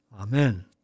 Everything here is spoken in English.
Amen